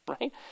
right